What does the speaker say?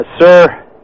sir